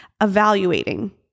evaluating